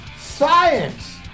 Science